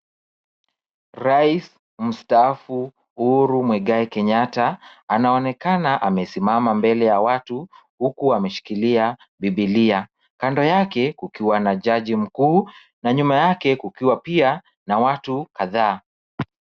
Rais mstaafu Uhuru Muigai Kenyatta anaonekana amesimama mbele ya watu huku ameshikilia Biblia. Kando yake kukiwa na jaji mkuu na nyuma yake kukiwa pia na watu kadhaa.